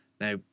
Now